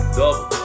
double